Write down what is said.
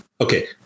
Okay